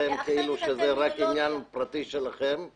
לפתחכם כאילו זה רק עניין פרטי שלכם.